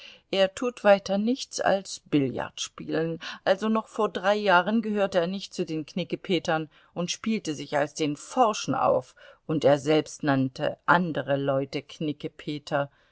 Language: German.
er tut weiter nichts als billard spielen also noch vor drei jahren gehörte er nicht zu den knickepetern und spielte sich als den forschen auf und er selbst nannte andere leute